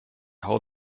how